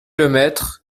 lemaître